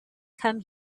come